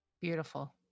Beautiful